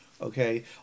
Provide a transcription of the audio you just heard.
okay